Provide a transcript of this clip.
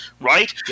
right